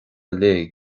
uile